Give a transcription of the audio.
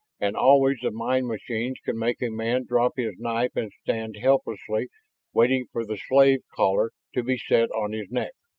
and always the mind machines can make a man drop his knife and stand helplessly waiting for the slave collar to be set on his neck!